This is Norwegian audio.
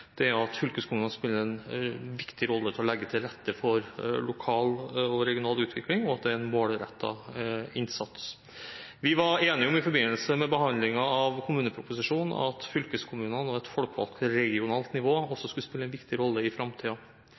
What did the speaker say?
muligheter, at fylkeskommunene spiller en viktig rolle for å legge til rette for lokal og regional utvikling, og at det er en målrettet innsats. Vi var i forbindelse med behandlingen av kommuneproposisjonen enige om at fylkeskommunene og et folkevalgt regionalt nivå også skulle spille en viktig rolle i